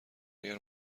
اگر